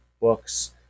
books